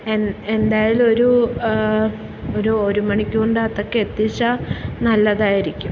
N എന്തായാലും ഒരു ഒരു ഒരുമണിക്കൂറിൻ്റെ അകത്തൊക്കെ എത്തിച്ചാൽ നല്ലതായിരിക്കും